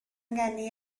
ngeni